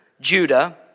Judah